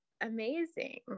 amazing